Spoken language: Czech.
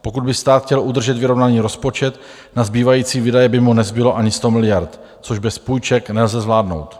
Pokud by stát chtěl udržet vyrovnaný rozpočet, na zbývající výdaje by mu nezbylo ani 100 miliard, což bez půjček nelze zvládnout.